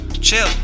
Chill